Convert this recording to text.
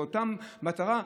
לאותה מטרה,